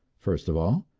first of all,